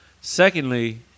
Secondly